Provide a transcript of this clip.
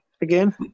again